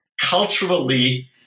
culturally